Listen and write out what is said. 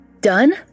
Done